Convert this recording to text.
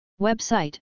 Website